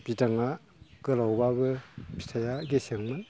बिदाङा गोलावबाबो फिथाइया गेसेंमोन